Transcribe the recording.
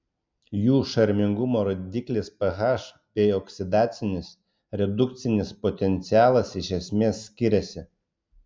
jų šarmingumo rodiklis ph bei oksidacinis redukcinis potencialas iš esmės skiriasi